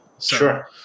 Sure